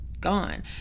gone